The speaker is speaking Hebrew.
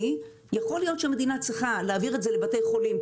יכול להיות שהמדינה צריכה להעביר את זה לבתי חולים,